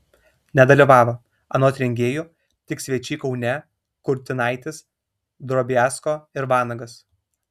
nedalyvavo anot rengėjų tik svečiai kaune kurtinaitis drobiazko ir vanagas